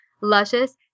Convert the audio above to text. luscious